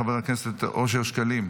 חבר הכנסת אושר שקלים,